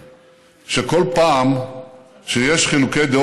החוק, אבל חבר הכנסת העלה שאלה שאני רוצה להתייחס